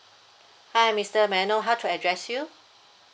hi mister may I know how to address you